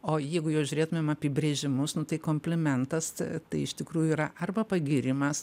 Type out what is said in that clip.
o jeigu jau žiūrėtumėm apibrėžimus nu tai komplimentas tai iš tikrųjų yra arba pagyrimas